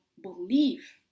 believe